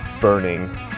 burning